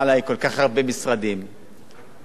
אבל זה נושא של משרד החקלאות,